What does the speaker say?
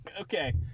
Okay